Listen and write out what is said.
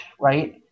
right